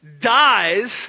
dies